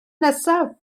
nesaf